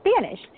Spanish